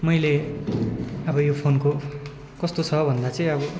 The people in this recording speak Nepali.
मैले अब यो फोनको कस्तो छ भन्दा चाहिँ अब